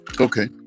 Okay